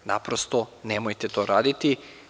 Naprosto, nemojte to raditi.